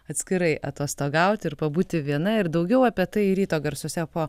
atskirai atostogauti ir pabūti viena ir daugiau apie tai ryto garsuose po